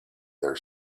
their